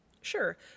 Sure